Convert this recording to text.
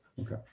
Okay